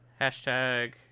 Hashtag